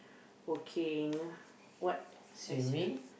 working what else